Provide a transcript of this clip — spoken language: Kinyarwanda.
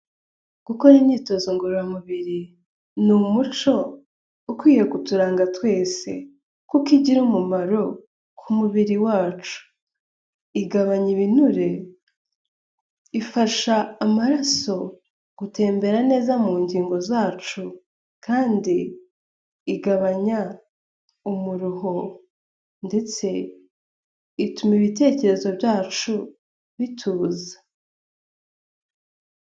Gukora imyitozo ngororamubiri ni umuco ukwiye kuturanga twese kuko igira umumaro ku mubiri wacu, igabanya ibinure, ifasha amaraso gutembera neza mu ngingo zacu kandi igabanya umuruho ndetse ituma ibitekerezo byacu bituza.